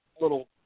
little